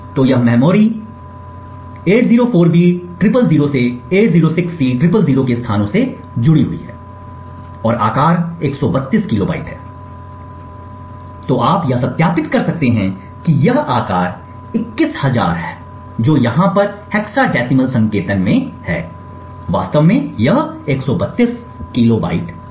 तो यह memory 804b000 से 806c000 के स्थानों से जुड़ी हुई है और आकार 132 किलोबाइट है तो आप यह सत्यापित कर सकते हैं कि यह आकार 21000 जो यहाँ पर हेक्साडेसिमल संकेतन में है वास्तव में 132 किलोबाइट है